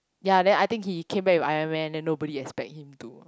ya then I think he came back with Iron Man then nobody expect him to